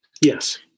Yes